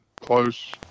close